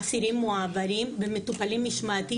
אסירים מועברים ומטופלים משמעתית,